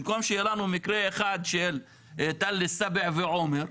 במקום שיהיה לנו מקרה אחד של טל א-סבע ועומר,